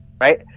right